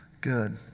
Good